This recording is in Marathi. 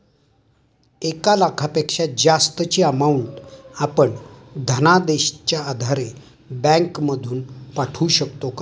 एक लाखापेक्षा जास्तची अमाउंट आपण धनादेशच्या आधारे बँक मधून पाठवू शकतो का?